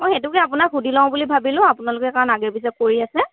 মই সেইটোকে আপোনাক সুধি লওঁ বুলি ভাবিলোঁ আপোনালোকে কাৰণ আগে পিছে কৰি আছে